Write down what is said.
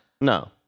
No